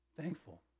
thankful